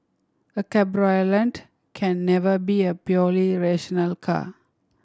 a cabriolet can never be a purely rational car